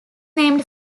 named